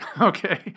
okay